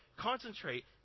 concentrate